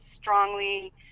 strongly